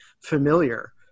familiar